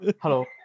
Hello